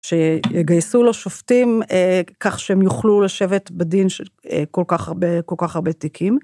שיגייסו לו שופטים כך שהם יוכלו לשבת בדין כל כך הרבה, כל כך הרבה תיקים.